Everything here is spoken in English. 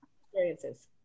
experiences